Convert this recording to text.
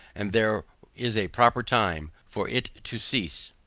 and there is a proper time for it to cease.